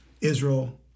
Israel